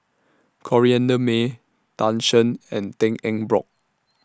Corrinne May Tan Shen and Tan Eng Bock